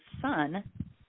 son